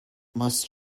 must